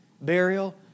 burial